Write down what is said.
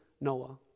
Noah